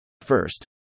First